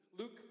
Luke